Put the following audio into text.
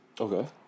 Okay